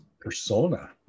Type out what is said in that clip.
persona